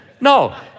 no